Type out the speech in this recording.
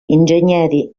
ingegneri